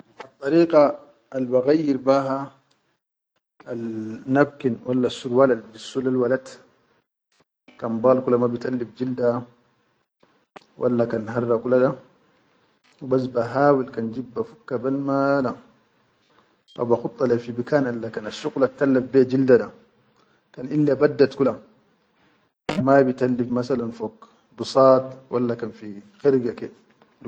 Addariqa al ba gayyari be ha al napkin walla al surwal al bidissu lel walad kan bal kula ma bi talif jilda walla kan harr kula da, hubas ba hawil kan jid bafukka bel mala haw ba khuda leyi fi bikan alla kan shuqulal tallaf leya jilda da kan ille baddat kula, mabi talleef masalan fog busaat walla kan fi hirge ke.